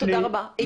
תודה רבה.